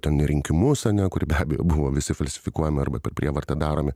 ten rinkimus ane kur be abejo buvo visi falsifikuojami arba per prievartą daromi